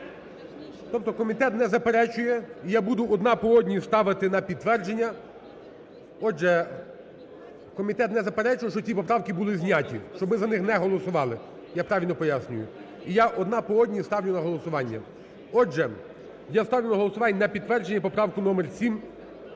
Тобто комітет не заперечує і я буду одна по одній ставити на підтвердження. Отже, комітет не заперечує, що ті поправки будуть зняті, щоб ми за них не голосували. Я правильно пояснюю. І я одна по одній ставлю на голосування. Отже, я ставлю на голосування на підтвердження поправку номер 7.